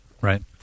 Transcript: Right